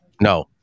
No